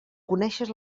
coneixes